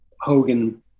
Hogan